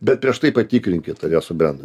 bet prieš tai patikrinkit ar jie subrendę